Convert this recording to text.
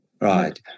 Right